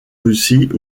russie